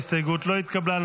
ההסתייגות לא התקבלה.